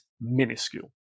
minuscule